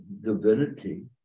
divinity